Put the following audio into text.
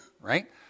right